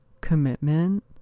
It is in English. commitment